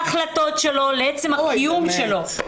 לא להחלטות שלו אלא לעצם הקיום שלו.